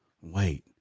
wait